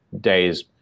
days